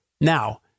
Now